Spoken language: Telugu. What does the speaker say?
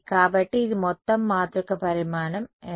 కాబట్టి ఇది మొత్తం మాతృక పరిమాణం ఎంత